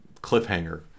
cliffhanger